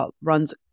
runs